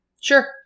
sure